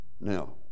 Now